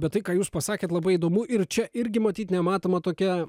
bet tai ką jūs pasakėt labai įdomu ir čia irgi matyt nematoma tokia